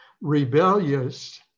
rebellious